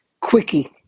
quickie